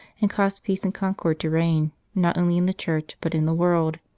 and cause peace and concord to reign, not only in the church, but in the world.